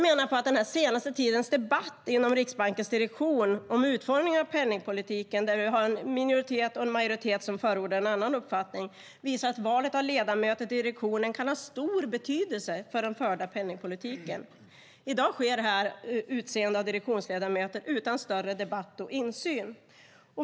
Den senaste tidens debatt inom Riksbankens direktion om utformningen av penningpolitiken, där det finns en majoritet och en minoritet som förordar en annan uppfattning visar att valet av ledamöter i direktionen kan ha stor betydelse för den förda penningpolitiken. I dag sker dessa val utan större debatt och insyn.